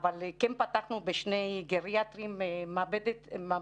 אבל כן פתחנו בשני גריאטריים מעבדות